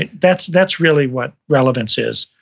and that's that's really what relevance is,